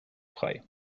frei